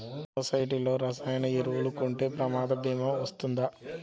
సొసైటీలో రసాయన ఎరువులు కొంటే ప్రమాద భీమా వస్తుందా?